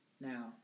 Now